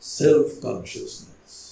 self-consciousness